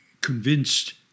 Convinced